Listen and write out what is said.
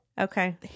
Okay